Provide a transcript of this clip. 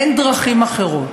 אין דרכים אחרות.